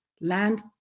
Land